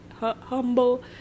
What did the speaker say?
humble